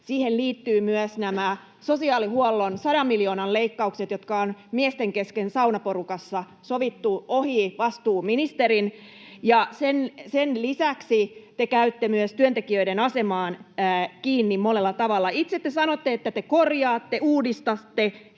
siihen liittyvät myös nämä sosiaalihuollon sadan miljoonan leikkaukset, jotka on miesten kesken saunaporukassa sovittu ohi vastuuministerin, ja sen lisäksi te käytte myös työntekijöiden asemaan kiinni monella tavalla. Itse te sanotte, että te korjaatte, uudistatte,